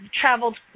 traveled